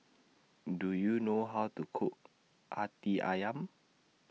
Do YOU know How to Cook Hati Ayam